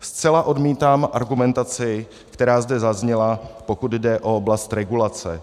Zcela odmítám argumentaci, která zde zazněla, pokud jde o oblast regulace.